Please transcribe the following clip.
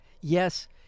Yes